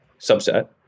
subset